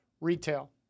Retail